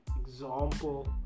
example